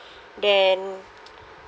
then